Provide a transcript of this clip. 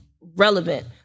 relevant